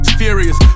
furious